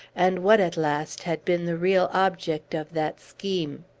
and what, at last, had been the real object of that scheme.